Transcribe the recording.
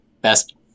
best